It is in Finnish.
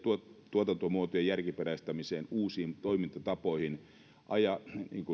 tuotantomuotojen järkiperäistämiseen uusiin toimintatapoihin ja ja